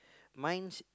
mine's